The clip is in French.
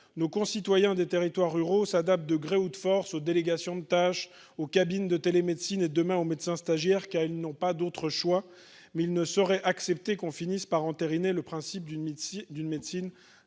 nos concitoyens des territoires ruraux s'adapte de gré ou de force aux délégations de tâches au cabine de télémédecine et demain au médecin stagiaire qui a, ils n'ont pas d'autre choix, mais il ne saurait accepter qu'on finisse par entériner le principe d'une d'une médecine